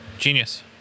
genius